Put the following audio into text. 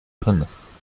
pinus